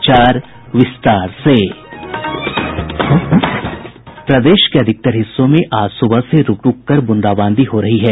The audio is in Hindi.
प्रदेश के अधिकतर हिस्सों में आज सुबह से रूक रूक कर बूंदाबांदी हो रही है